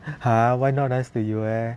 !huh! why not nice to you eh